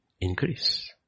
increase